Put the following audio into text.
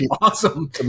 awesome